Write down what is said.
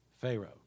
Pharaoh